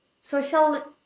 social